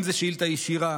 אם זו שאילתה ישירה,